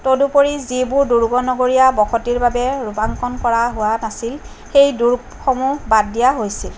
তদুপৰি যিবোৰ দুৰ্গ নগৰীয়া বসতিৰ বাবে ৰূপাংকন কৰা হোৱা নাছিল সেই দুৰ্গসমূহ বাদ দিয়া হৈছিল